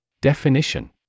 Definition